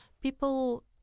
people